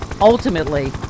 Ultimately